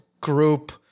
group